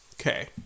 Okay